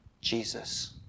Jesus